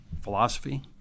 philosophy